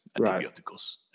Antibiotics